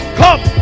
come